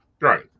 Right